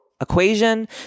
equation